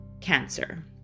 cancer